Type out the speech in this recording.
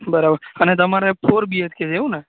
બરાબર અને તમારે ફોર બીએચકે છે એવું ને